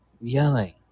yelling